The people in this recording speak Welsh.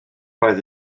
roedd